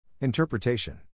Interpretation